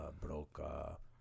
broke